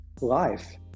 life